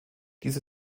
diese